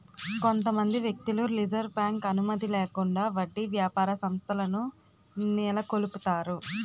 కొంతమంది వ్యక్తులు reserve bank అనుమతి లేకుండా వడ్డీ వ్యాపార సంస్థలను నెలకొల్పుతారు